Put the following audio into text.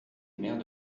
maire